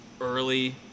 early